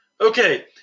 Okay